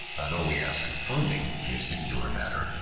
not only as confirming, in a singular manner,